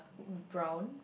brown